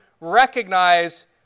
recognize